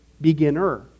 beginner